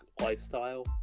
lifestyle